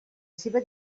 seva